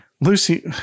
Lucy